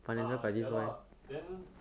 uh ya lah then